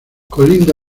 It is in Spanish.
colinda